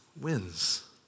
wins